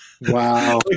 Wow